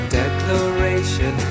declaration